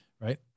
right